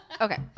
Okay